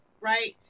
right